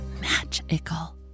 magical